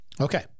Okay